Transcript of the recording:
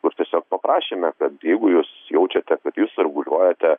kur tiesiog paprašėme kad jeigu jūs jaučiate kad jūs sirguliuojate